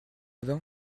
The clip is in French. vin